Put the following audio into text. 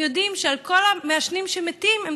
הם יודעים שעם כל המעשנים שמתים הם